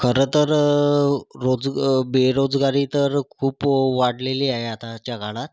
खरंतर रोजग बेरोजगारी तर खूप वाढलेली आहे आताच्या काळात